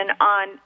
on